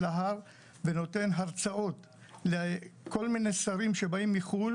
להר ונותן הרצאות לכל מיני שרים שבאים מחו"ל,